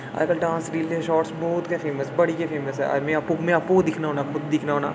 अजकल डांस रीलें शार्ट्स बहुत गै फेमस बड़ी गै फेमस ऐ मीं आपूं मीं आपूं गै दिक्खना होन्नां खुद दिक्खना होन्नां